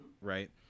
right